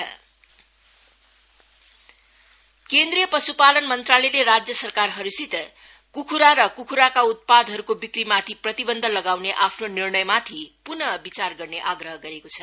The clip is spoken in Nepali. बर्डफ्ल् केन्द्रीय पशुपालन मन्त्रालयले राज्य सरकारहरूलाई कुखुरा र कुखुराका उत्पादहरूको बिक्रीमाथि प्रतिबन्ध लगाउने आफ्नो निर्णयमाथि पुनः विचार गर्ने आग्रह गरेको छ